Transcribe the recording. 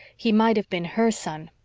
he might have been her son.